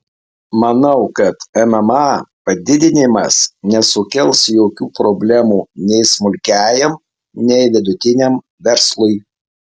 manau kad mma padidinimas nesukels jokių problemų nei smulkiajam nei vidutiniam verslui